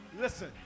Listen